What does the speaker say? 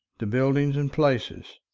the buildings and places.